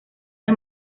del